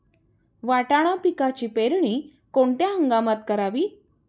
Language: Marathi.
वाटाणा पिकाची पेरणी कोणत्या हंगामात करावी?